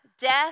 death